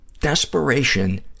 desperation